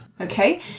Okay